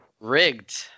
Rigged